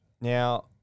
Now